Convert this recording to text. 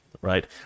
right